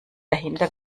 dahinter